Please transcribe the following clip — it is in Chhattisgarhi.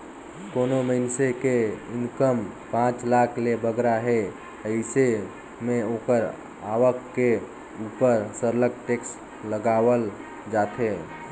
कोनो मइनसे के इनकम पांच लाख ले बगरा हे अइसे में ओकर आवक के उपर सरलग टेक्स लगावल जाथे